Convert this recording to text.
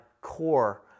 core